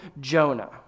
Jonah